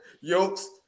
yokes